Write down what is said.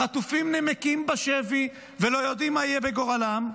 החטופים נמקים בשבי ולא יודעים מה יהיה בגורלם.